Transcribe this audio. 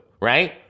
right